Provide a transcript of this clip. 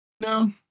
No